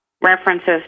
references